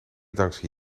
dankzij